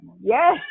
yes